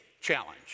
challenge